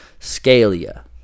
Scalia